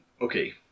okay